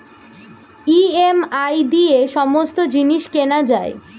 EMI দিয়ে সমস্ত জিনিস কেনা যায়